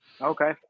Okay